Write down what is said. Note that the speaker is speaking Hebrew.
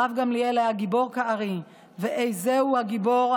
הרב גמליאל היה גיבור כארי, ואיזהו גיבור?